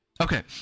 Okay